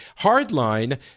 hardline